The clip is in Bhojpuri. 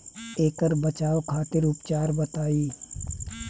ऐकर बचाव खातिर उपचार बताई?